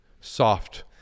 soft